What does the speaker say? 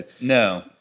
No